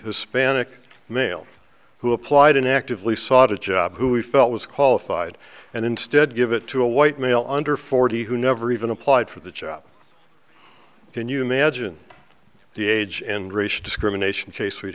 hispanic male who applied and actively sought a job who we felt was qualified and instead give it to a white male under forty who never even applied for the job can you imagine the age and race discrimination case we